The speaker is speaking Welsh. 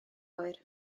oer